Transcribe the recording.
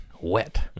wet